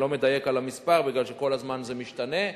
אני לא מדייק במספר כי כל הזמן זה משתנה.